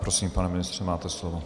Prosím, pane ministře, máte slovo.